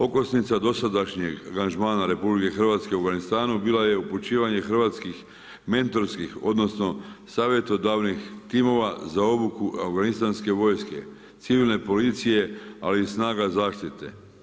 Okosnica dosadašnjeg angažmana RH u Afganistanu bila je upućivanje hrvatskih mentorskih, odnosno savjetodavnih timova za obuku afganistanske vojske, civilne policije ali i snaga zaštite.